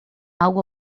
algo